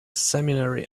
seminary